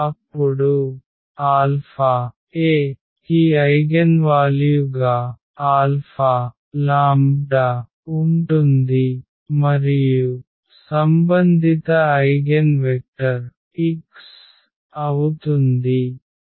అప్పుడు αA కి ఐగెన్వాల్యు గా αλ ఉంటుంది మరియు సంబంధిత ఐగెన్ వెక్టర్ x అవుతుంది